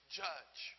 judge